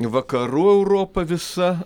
vakarų europa visa